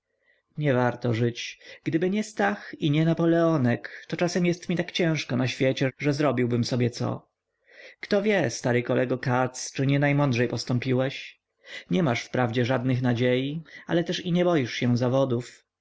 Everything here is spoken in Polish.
prawa niewarto żyć gdyby nie stach i nie napoleonek to czasem jest mi tak ciężko na świecie że zrobiłbym sobie co kto wie stary kolego katz czy nienajmądrzej postąpiłeś nie masz wprawdzie żadnych nadziei ale też i nie boisz się zawodów